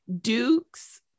dukes